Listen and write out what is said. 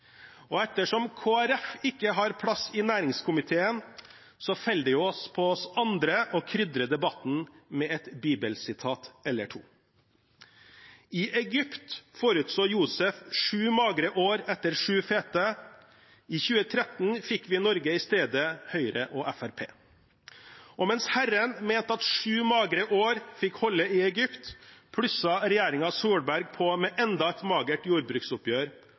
Ettersom Kristelig Folkeparti ikke har plass i næringskomiteen, faller det på oss andre å krydre debatten med et bibelsitat eller to. I Egypt forutså Josef sju magre år etter sju fete. I 2013 fikk vi i Norge i stedet Høyre og Fremskrittspartiet. Mens Herren mente at sju magre år fikk holde i Egypt, plusset regjeringen Solberg på med enda et magert jordbruksoppgjør